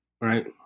right